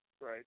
Right